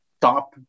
top